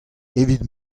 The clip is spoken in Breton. evit